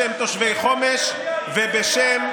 בשם תושבי חומש ובשם,